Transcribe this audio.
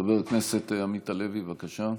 חבר הכנסת עמית הלוי, בבקשה.